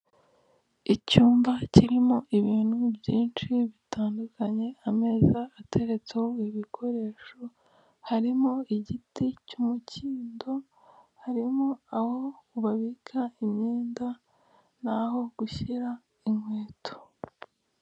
Icyumba kirimo ibintu byinshi bitandukanye, ameza ateretseho ibikoresho harimo igiti cy'umukindo, harimo aho babika imyenda naho gushyira inkweto.